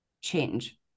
change